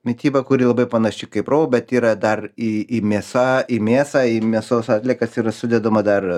mityba kuri labai panaši kaip rou bet yra dar į į mėsa į mėsą į mėsos atliekas yra sudedama dar